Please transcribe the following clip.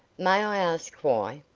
may i ask why?